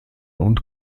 und